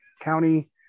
County